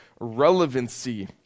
relevancy